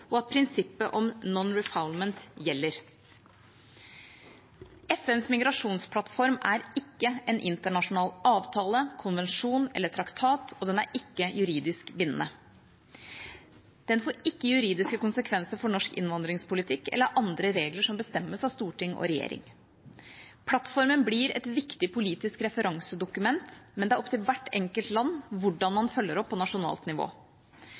og at prinsippet om «non-refoulement» gjelder. FNs migrasjonsplattform er ikke en internasjonal avtale, konvensjon eller traktat og er ikke juridisk bindende. Den får ikke juridiske konsekvenser for norsk innvandringspolitikk eller andre regler som bestemmes av storting og regjering. Plattformen blir et viktig politisk referansedokument, men det er opp til hvert enkelt land hvordan man følger opp på nasjonalt nivå.